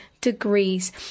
degrees